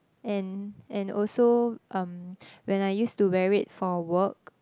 and and also um when I used to wear it for work